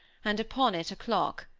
and upon it a clock,